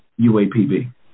UAPB